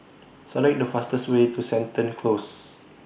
Select The fastest Way to Seton Close